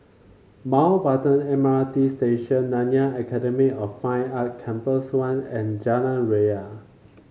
Mountbatten M R T Station Nanyang Academy of Fine Art Campus one and Jalan Ria